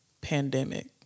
pandemic